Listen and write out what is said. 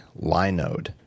Linode